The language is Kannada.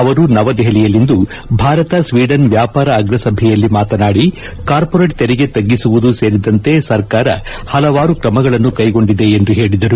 ಅವರು ನವದೆಹಲಿಯಲ್ಲಿಂದು ಭಾರತ ಸ್ನೀಡನ್ ವ್ಯಾಪಾರ ಅಗ್ರಸಭೆಯಲ್ಲಿ ಮಾತನಾಡಿ ಕಾರ್ಪೊರೇಟ್ ತೆರಿಗೆ ತಗ್ಗಿಸುವುದೂ ಸೇರಿದಂತೆ ಸರ್ಕಾರ ಹಲವಾರು ಕ್ಕಮಗಳಕನ್ನು ಕೈಗೊಂಡಿದೆ ಎಂದು ಹೇಳಿದರು